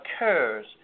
occurs